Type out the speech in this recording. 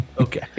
Okay